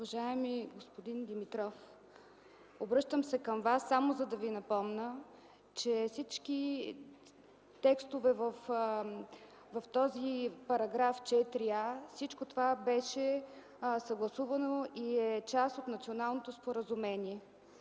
Уважаеми господин Димитров, обръщам се към Вас само за да Ви напомня, че всички текстове в § 4а – всичко това беше съгласувано и e част от националното споразумение.